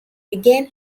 regain